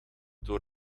door